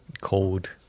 cold